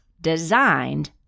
designed